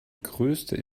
größte